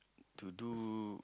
to do